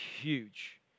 huge